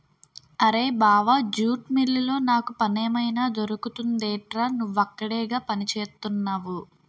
అరేయ్ బావా జూట్ మిల్లులో నాకు పనేమైనా దొరుకుతుందెట్రా? నువ్వక్కడేగా పనిచేత్తున్నవు